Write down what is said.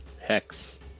hex